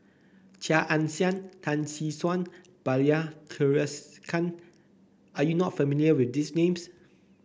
Chia Ann Siang Tan Tee Suan Bilahari Kausikan are you not familiar with these names